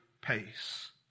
pace